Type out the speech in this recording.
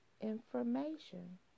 information